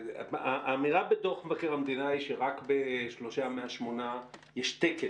האמירה בדוח מבקר המדינה היא שרק בשלושה מהשמונה יש תקן.